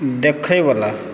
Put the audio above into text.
देखैवला